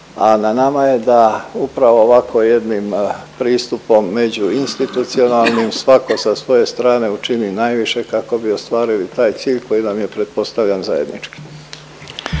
a na nama je da upravo ovako jednim pristupom međuinstitucionalnim svako sa svoje strane učini najviše kako bi ostvarili taj cilj koji nam je pretpostavljam zajednički.